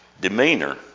demeanor